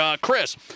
Chris